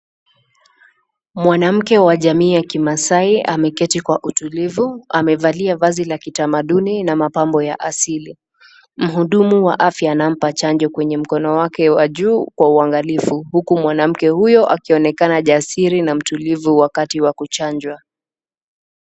Mwanamke wa jamii wa maasai ameketi kwa utulivu, amevalia mavazi ya kitamaduni na mapambo ya asili. Muhudumu wa afya anampa chanjo kwenye mkono wake wa juu kwa uangalifu, huku mwanamke huyo akionekana jarisi na mtulivu wakati wa kuchanjwa.